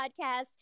podcast